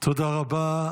תודה רבה.